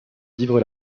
vivre